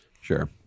sure